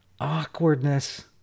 awkwardness